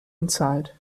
inside